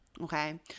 okay